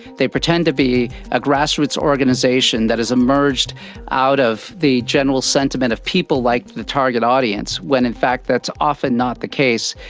they pretend to be a grassroots organisation that has emerged out of the general sentiment of people like the target audience when in fact that's often not the case.